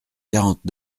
quarante